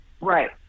right